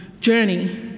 journey